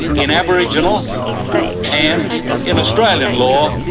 in aboriginal and in australian law,